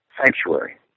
sanctuary